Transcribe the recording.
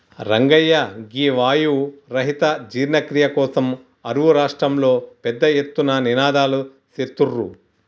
రంగయ్య గీ వాయు రహిత జీర్ణ క్రియ కోసం అరువు రాష్ట్రంలో పెద్ద ఎత్తున నినాదలు సేత్తుర్రు